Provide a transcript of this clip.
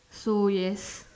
so yes